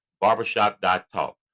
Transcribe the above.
Barbershop.Talk